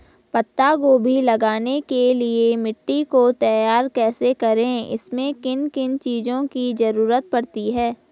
पत्ता गोभी लगाने के लिए मिट्टी को तैयार कैसे करें इसमें किन किन चीज़ों की जरूरत पड़ती है?